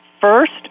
first